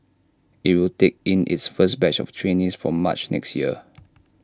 IT will take in its first batch of trainees from March next year